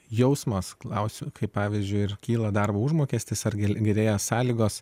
jausmas klausiu kaip pavyzdžiui kyla darbo užmokestis ar gerėja sąlygos